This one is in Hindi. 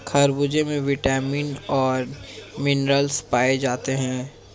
खरबूजे में विटामिन और मिनरल्स पाए जाते हैं